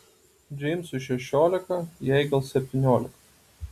džeimsui šešiolika jai gal septyniolika